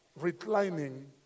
reclining